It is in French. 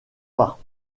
pas